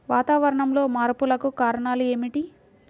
వాతావరణంలో మార్పులకు కారణాలు ఏమిటి?